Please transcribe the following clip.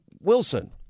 Wilson